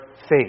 faith